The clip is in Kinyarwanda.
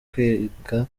kwiga